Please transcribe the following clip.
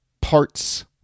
parts